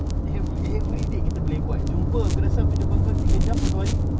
ev~ everyday kita boleh buat jumpa aku rasa aku jumpa engkau tiga jam satu hari